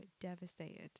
devastated